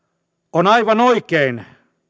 on aivan oikein